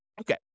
Okay